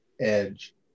edge